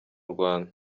rwanda